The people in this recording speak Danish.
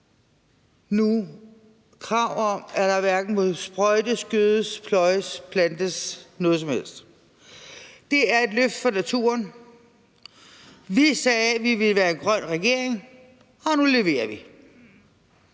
et krav om, at hele 37.000 ha hverken må sprøjtes, gødes, pløjes eller beplantes med noget som helst. Det er et løft for naturen. Vi sagde, vi ville være en grøn regering, og nu leverer vi.